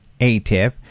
ATIP